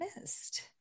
missed